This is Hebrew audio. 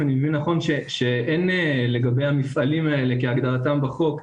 אם אני מבין נכון שאין לגבי המפעלים האלה כהגדרתם בחוק,